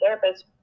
therapist